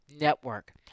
Network